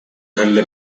dalle